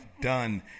done